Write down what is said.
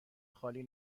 خالی